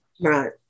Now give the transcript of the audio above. Right